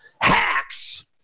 hacks